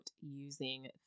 using